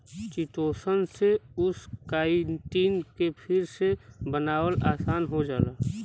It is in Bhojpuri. चिटोसन से उस काइटिन के फिर से बनावल आसान हो जाला